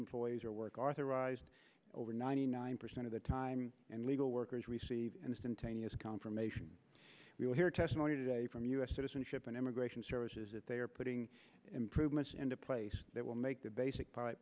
employees are work authorized over ninety nine percent of the time and legal workers receive an instantaneous confirmation we'll hear testimony today from u s citizenship and immigration services that they are putting improvements into place that will make the basic pilot